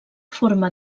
forma